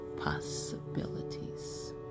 possibilities